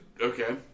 Okay